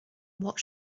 what